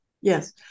Yes